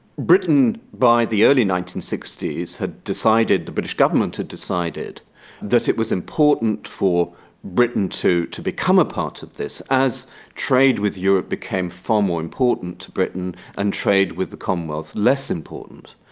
britain by the early nineteen sixty s had decided, british government had decided that it was important for britain to to become a part of this, as trade with europe became far more important to britain and trade with the commonwealth less important.